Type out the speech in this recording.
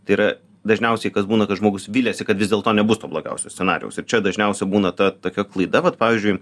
tai yra dažniausiai kas būna kad žmogus viliasi kad vis dėlto nebus to blogiausio scenarijaus ir čia dažniausia būna ta tokia klaida vat pavyzdžiui